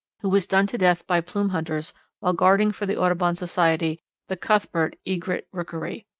who was done to death by plume hunters while guarding for the audubon society the cuthbert egret rookery.